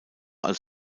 als